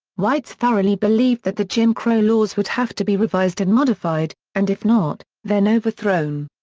whites thoroughly believed that the jim crow laws would have to be revised and modified, and if not, then overthrown.